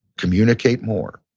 communicate more.